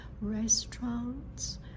restaurants